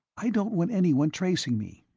i don't want anyone tracing me.